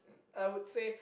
I would say